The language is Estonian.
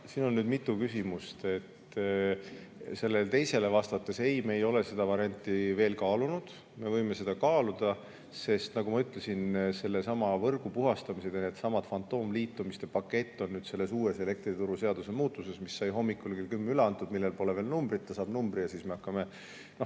siin on mitu küsimust. Sellele teisele vastan: ei, me ei ole seda varianti veel kaalunud. Me võime seda kaaluda, sest nagu ma ütlesin, võrgu puhastamise ja nendesamade fantoomliitumiste pakett on nüüd selles uues elektrituruseaduse muutuses, mis sai hommikul kell 10 üle antud ja millel pole veel numbrit. Ta saab numbri ja siis me hakkame, noh,